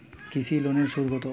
কৃষি লোনের সুদ কত?